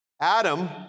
Adam